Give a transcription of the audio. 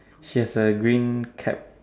she has a green cap